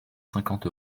cinquante